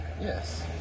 yes